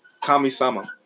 Kami-sama